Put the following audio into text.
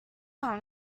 are